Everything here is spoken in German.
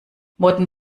motten